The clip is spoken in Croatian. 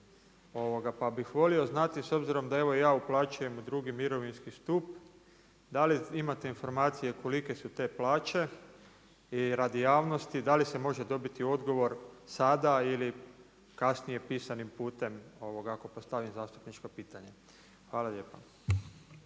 Pa bih volio znati s obzirom da evo ja uplaćujem u II. mirovinski stup da li imate informacije kolike su te plaće? I radi javnosti da li se može dobiti odgovor sada ili kasnije pisanim putem ako postavim zastupničko pitanje? Hvala lijepa.